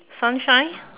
sunshine